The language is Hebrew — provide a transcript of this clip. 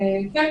כן,